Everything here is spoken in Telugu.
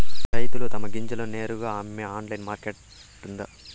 రైతులు తమ గింజలను నేరుగా అమ్మే ఆన్లైన్ మార్కెట్ ఉందా?